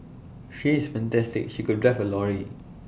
she is fantastic she could drive A lorry